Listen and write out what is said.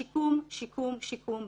שיקום, שיקום, שיקום.